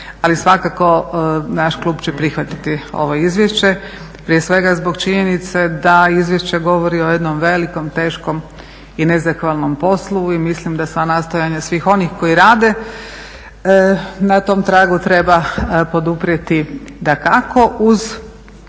Ali svakako će naš klub prihvatiti ovo izvješće prije svega zbog činjenice da izvješće govori o jednom velikom, teškom i nezahvalnom poslu i mislim da sva nastojanja svih onih kojih rade na tom tragu treba poduprijeti dakako uz